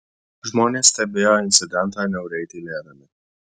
žmonės stebėjo incidentą niauriai tylėdami